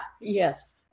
yes